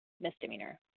misdemeanor